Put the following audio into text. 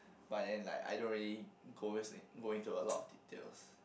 but then like I don't really converts in go into a lot of details